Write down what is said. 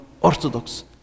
Orthodox